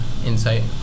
Insight